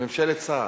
ממשלת סער.